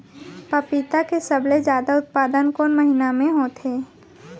पपीता के सबले जादा उत्पादन कोन महीना में होथे?